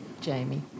Jamie